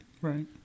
Right